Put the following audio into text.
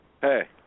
Hey